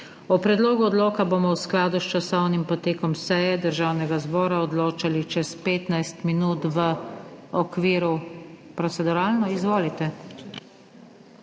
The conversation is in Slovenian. O predlogu odloka bomo v skladu s časovnim potekom seje Državnega zbora odločali čez 15 minut v okviru… Proceduralno? (Da.) Izvolite.